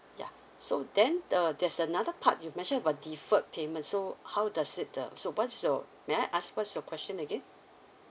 yeah so then uh there's another part you mentioned about deferred payment so how does it uh so what so may I ask what is your question again